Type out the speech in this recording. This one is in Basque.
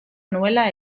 nuela